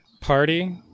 party